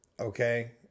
Okay